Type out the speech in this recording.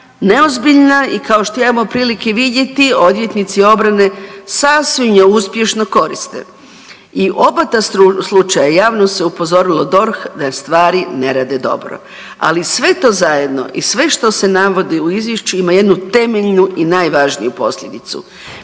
neozbiljna i kao što imamo prilike vidjeti odvjetnici obrane sasvim je uspješno koriste. I oba ta slučaja, javno se upozorilo DORH da stvari ne rade dobro, ali sve to zajedno i sve što se navodi u izvješću ima jednu temeljnu i najvažniju posljedicu,